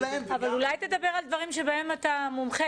להם וגם --- אבל אולי תדבר על דברים שבהם אתה מומחה,